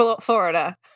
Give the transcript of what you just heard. Florida